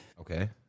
Okay